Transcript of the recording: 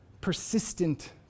persistent